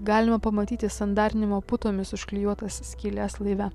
galima pamatyti sandarinimo putomis užklijuotas skyles laive